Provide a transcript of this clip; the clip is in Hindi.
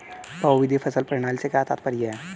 बहुविध फसल प्रणाली से क्या तात्पर्य है?